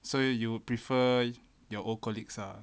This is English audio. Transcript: so you prefer your old colleagues ah